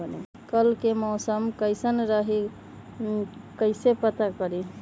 कल के मौसम कैसन रही कई से पता करी?